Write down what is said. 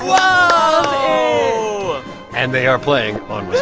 whoa and they are playing on,